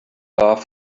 love